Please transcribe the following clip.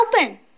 open